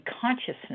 consciousness